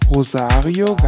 Rosario